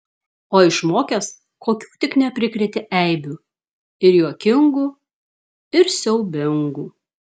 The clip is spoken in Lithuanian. o išmokęs kokių tik neprikrėtė eibių ir juokingų ir siaubingų